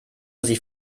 sie